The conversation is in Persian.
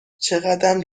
چقدم